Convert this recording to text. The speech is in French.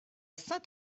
saint